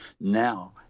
now